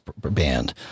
band